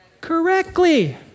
correctly